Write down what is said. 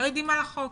לא יודעים על החוק.